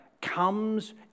comes